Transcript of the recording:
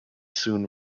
soon